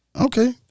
Okay